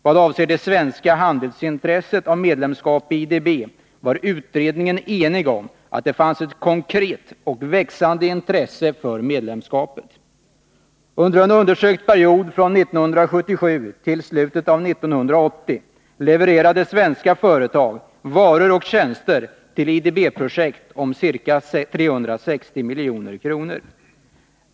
Vad avser det svenska handelsintresset av medlemskap i IDB var utredningen enig om att det fanns ett konkret och växande intresse för medlemskapet. Under en undersökt period från 1977 till slutet av 1980 levererade svenska företag varor och tjänster till IDB-projekt om ca 360 milj.kr.